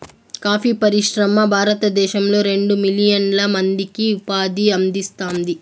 coffee పరిశ్రమ భారతదేశంలో రెండు మిలియన్ల మందికి ఉపాధిని అందిస్తాంది